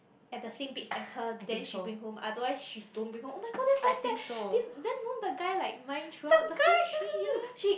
at the same page as her then she bring home otherwise she don't bring home oh-my-god that's so sad then then don't the guy like mind throughout the whole three years